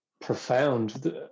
profound